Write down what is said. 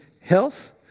health